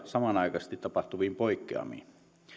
samanaikaisesti tapahtuviin poikkeamiin